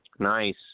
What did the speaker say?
Nice